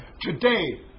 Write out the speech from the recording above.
today